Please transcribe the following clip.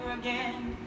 again